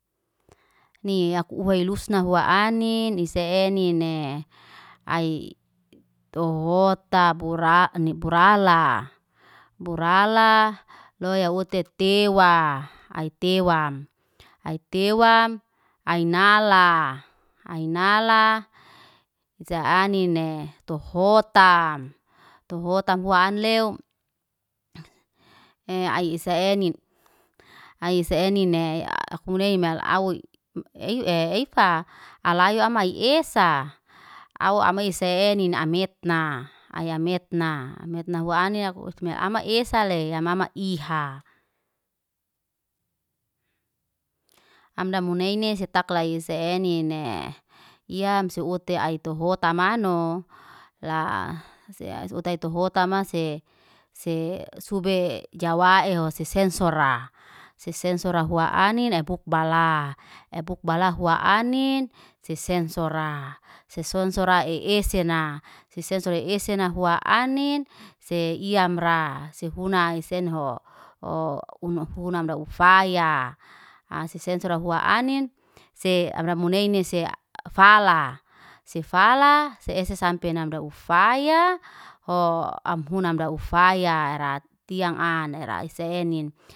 Ni yak uwey lusna huwa anin isi enine, ay tohota bura'ani burala. Burala loya ute tewa, ay tewam. Ay tewam, ay nala. Ay nala nisa anine tohotam. Tohotam huwa an leo, ay isa enin. Ay isa enine akumuney mel awi. epa alayo ama ie sa. Awo ama esa enin ametna. Ay amertna. Ay metna huwa anin ama esale ya mama iha. Amda muneyne set takla ise enine. Iyam su ute ay tohota manoo. la sehay sehutay tohota mase, se se subye jawae ho sesensora. Sesen sora huwa ani ebuk bala. Ebuk bala huwa anin sesen sora. Sesen sora e esena. Sesen sora e esena huwa anin, se iyamra. Sehuna isenho. Ho huna mda ufaya. sesen sora huwa anin se se amra muneynese fala. Sefala sese sampina mda ufaya, ho amhuna mda ufyaera tiyang an era isa enin.